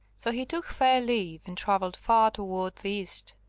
so he took fair leave, and travelled far toward the east,